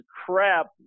crap